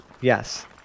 Yes